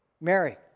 Mary